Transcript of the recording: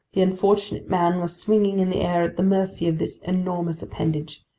the unfortunate man was swinging in the air at the mercy of this enormous appendage.